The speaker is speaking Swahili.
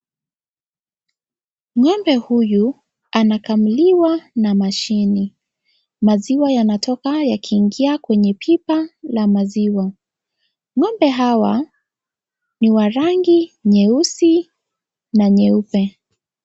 Ng'ombe huyu, anakamuliwa na mashini. Maziwa yanatoka yakiingia kwenye pipa la maziwa. Ng'ombe hawa, ni wa rangi nyeusi na nyeupe.